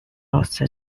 lost